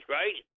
right